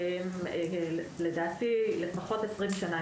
לדעתי לפחות 20 שנה,